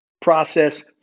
process